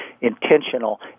intentional